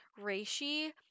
reishi